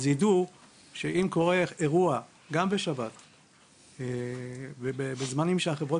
ידעו שאם קורה אירוע גם בשבת ובזמן שחברות